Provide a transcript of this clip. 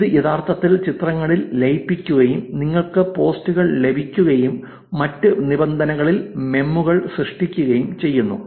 ഇത് യഥാർത്ഥത്തിൽ ചിത്രങ്ങളിൽ ലയിപ്പിക്കുകയും നിങ്ങൾക്ക് പോസ്റ്റുകൾ ലഭിക്കുകയും മറ്റ് നിബന്ധനകളിൽ മെമ്മുകൾ സൃഷ്ടിക്കുകയും ചെയ്യുന്നു